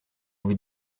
vous